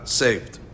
saved